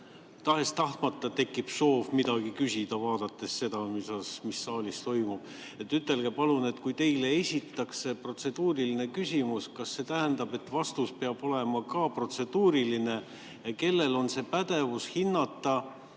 tahes-tahtmata tekib soov midagi küsida, vaadates seda, mis saalis toimub. Ütelge palun, et kui teile esitatakse protseduuriline küsimus, kas see tähendab, et vastus peab olema ka protseduuriline. Kellel on pädevus hinnata,